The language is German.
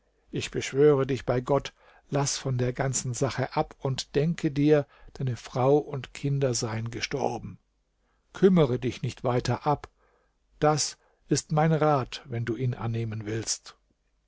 ich beschwöre dich bei gott laß von der ganzen sache ab und denke dir deine frau und kinder seien gestorben kümmere dich nicht weiter ab das ist mein rat wenn du ihn annehmen willst